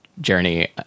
journey